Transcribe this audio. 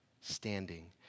standing